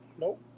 nope